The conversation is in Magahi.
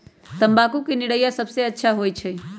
तम्बाकू के निरैया सबसे अच्छा कई से होई?